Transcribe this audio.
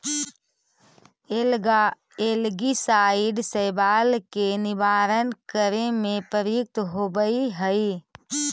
algicide शैवाल के निवारण करे में प्रयुक्त होवऽ हई